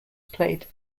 played